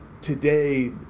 today